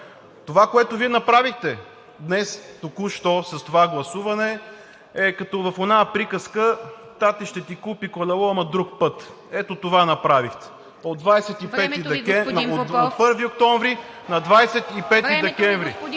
Това, което Вие направихте днес, току-що с това гласуване, е като в онази приказка: „Тате ще ти купи колело, ама друг път!“ Ето това направихте! От 1 октомври на 25 декември!